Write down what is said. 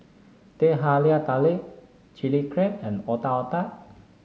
Teh Halia Tarik Chili Crab and Otak Otak